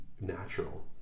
natural